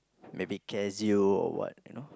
maybe Casio or what you know